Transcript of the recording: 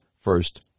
first